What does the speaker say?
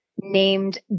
named